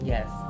Yes